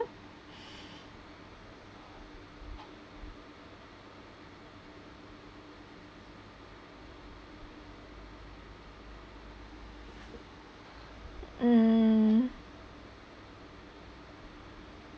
mm